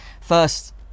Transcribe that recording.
first